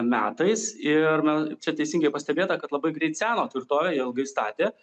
metais ir na čia teisingai pastebėta kad labai greit seno tvirtovė ją ilgai statė